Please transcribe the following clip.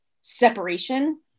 separation